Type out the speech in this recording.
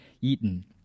eaten